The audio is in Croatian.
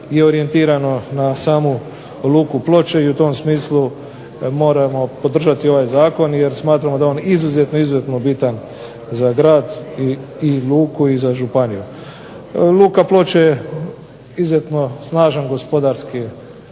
Luka Ploče je izuzetno snažan gospodarski